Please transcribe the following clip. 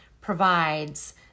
provides